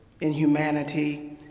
inhumanity